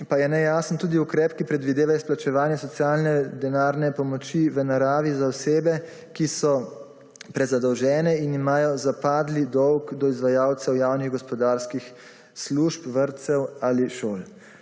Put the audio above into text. pa nejasen tudi ukrep, ki predvideva izplačevanje socialne denarne pomoči v naravi za osebe, ki so prezadolžene in imajo zapadli dolg do izvajalcev javnih gospodarskih služb, vrtcev ali šol.